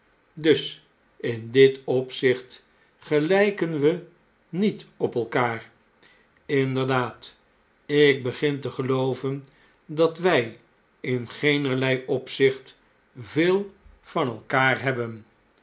dus in dit opzicht gelijken we niet op elkaar inderdaad ik begin te gelooven dat wij in geenerlei opzicht veel van elkaar hebben